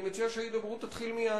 אני מציע שההידברות תתחיל מייד.